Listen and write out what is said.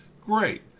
Great